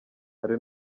hari